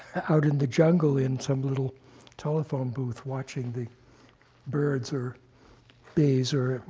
out in the jungle in some little telephone booth watching the birds, or bees, or